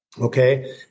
Okay